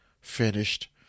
finished